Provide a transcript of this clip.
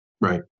Right